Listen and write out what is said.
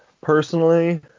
Personally